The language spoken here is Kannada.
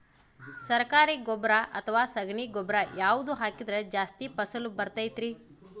ಸರಕಾರಿ ಗೊಬ್ಬರ ಅಥವಾ ಸಗಣಿ ಗೊಬ್ಬರ ಯಾವ್ದು ಹಾಕಿದ್ರ ಜಾಸ್ತಿ ಫಸಲು ಬರತೈತ್ರಿ?